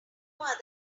other